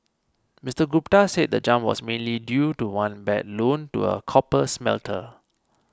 Mister Gupta said the jump was mainly due to one bad loan to a copper smelter